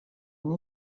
une